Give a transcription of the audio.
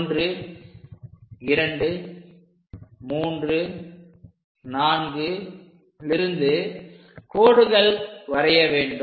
1234 லிருந்து கோடுகள் வரைய வேண்டும்